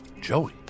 Joey